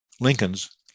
Lincoln's